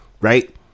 right